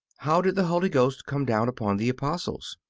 how did the holy ghost come down upon the apostles?